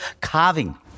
carving